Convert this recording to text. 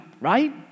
right